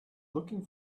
looking